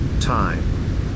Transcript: time